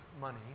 money